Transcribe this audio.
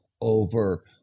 over